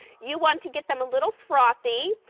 you want to get them a little frothy.